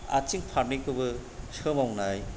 आथिं फारनैखौबो सोमावनाय